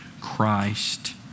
Christ